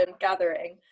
gathering